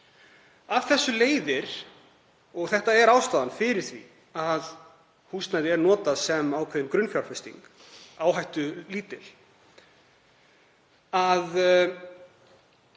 Af þessu leiðir, og þetta er ástæðan fyrir því að húsnæði er notað sem ákveðin grunnfjárfesting, áhættulítil, að